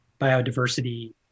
biodiversity